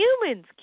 humans